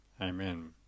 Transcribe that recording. Amen